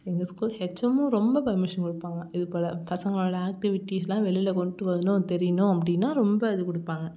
எங்கள் ஸ்கூல் ஹெச்எம்மும் ரொம்ப பர்மிஷன் கொடுப்பாங்க இதுபோல் பசங்களோடய ஆக்டிவிட்டிஸ்லாம் வெளியில் கொண்டு வரணும் தெரியணும் அப்படின்னால் ரொம்ப இது கொடுப்பாங்க